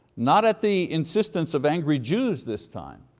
not at the insistence of angry jews this time,